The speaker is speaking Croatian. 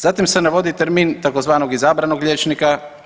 Zatim se navodi termin tzv. izabranog liječnika.